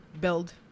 build